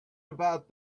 about